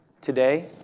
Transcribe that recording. today